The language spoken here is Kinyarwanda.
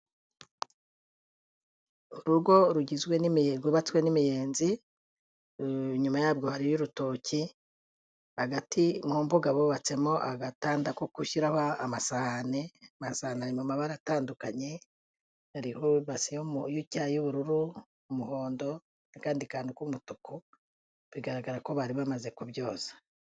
Urugo rugizwe n'imi rwubatswe n'imiyenzi inyuma yarwo hariyo urutoki, hagati mu mbuga bubatsemo agatanda ko gushyiraho amasahani, amasahani ari mu mabara atandukanye, hariho ibasi y'ubururu, umuhondo n'akandi kantu k'umutuku bigaragara ko bari bamaze kubyoza.